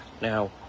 Now